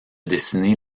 dessiner